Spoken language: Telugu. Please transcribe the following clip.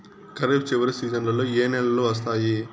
ఖరీఫ్ చివరి సీజన్లలో ఏ నెలలు వస్తాయి?